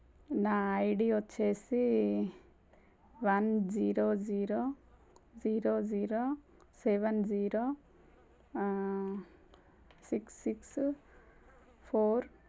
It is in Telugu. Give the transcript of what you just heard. నా ఐడీ వచ్చేసి one zero zero zero zero seven zero six six four